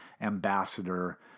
ambassador